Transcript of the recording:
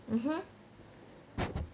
mmhmm